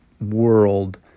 world